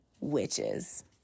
Witches